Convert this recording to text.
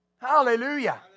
Hallelujah